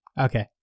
Okay